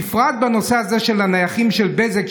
בפרט בנושא של הנייחים של בזק,